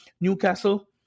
Newcastle